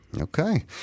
Okay